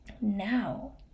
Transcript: now